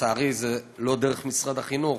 לצערי זה לא דרך משרד החינוך,